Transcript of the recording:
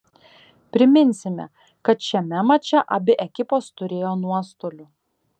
priminsime kad šiame mače abi ekipos turėjo nuostolių